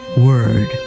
word